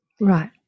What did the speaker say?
right